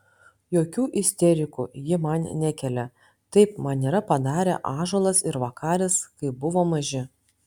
jokių isterikų ji man nekelia taip man yra padarę ąžuolas ir vakaris kai buvo maži